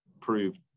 proved